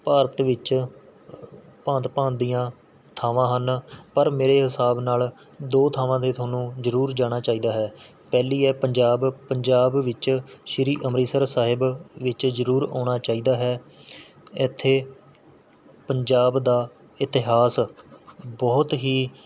ਭਾਰਤ ਵਿੱਚ ਭਾਂਤ ਭਾਂਤ ਦੀਆਂ ਥਾਵਾਂ ਹਨ ਪਰ ਮੇਰੇ ਹਿਸਾਬ ਨਾਲ਼ ਦੋ ਥਾਵਾਂ 'ਤੇ ਤੁਹਾਨੂੰ ਜ਼ਰੂਰ ਜਾਣਾ ਚਾਹੀਦਾ ਹੈ ਪਹਿਲੀ ਹੈ ਪੰਜਾਬ ਪੰਜਾਬ ਵਿੱਚ ਸ਼੍ਰੀ ਅੰਮ੍ਰਿਤਸਰ ਸਾਹਿਬ ਵਿੱਚ ਜ਼ਰੂਰ ਆਉਣਾ ਚਾਹੀਦਾ ਹੈ ਇੱਥੇ ਪੰਜਾਬ ਦਾ ਇਤਿਹਾਸ ਬਹੁਤ ਹੀ